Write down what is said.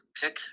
Pick